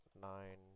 Nine